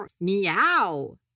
meow